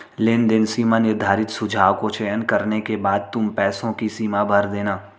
लेनदेन सीमा निर्धारित सुझाव को चयन करने के बाद तुम पैसों की सीमा भर देना